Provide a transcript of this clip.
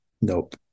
Nope